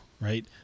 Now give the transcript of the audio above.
right